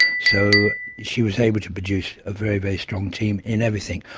so she was able to produce a very, very strong team in everything,